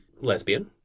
lesbian